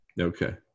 Okay